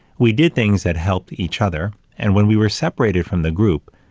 we did things that help each other, and when we were separated from the group,